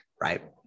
right